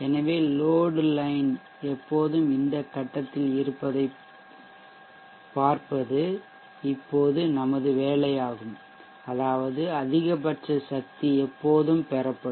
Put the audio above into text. எனவே load line எப்போதும் இந்த கட்டத்தில் இருப்பதைப் பார்ப்பது இப்போது நமது வேலையாகும் அதாவது அதிகபட்ச சக்தி எப்போதும் பெறப்படும்